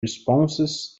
responses